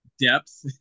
depth